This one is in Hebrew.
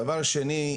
דבר שני,